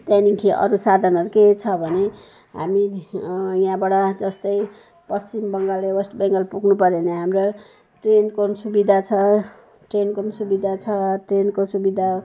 त्यहाँदेखि अर्को साधनहरू के छ भने हामी यहाँबाट जस्तै पश्चिम बङ्गाल वेस्ट बङ्गाल पुग्नुपऱ्यो भने हाम्रो ट्रेनको नि सुविधा छ ट्रेनको नि सुविधा छ ट्रेनको सुविधा